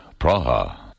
Praha